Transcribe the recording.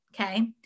Okay